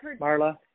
Marla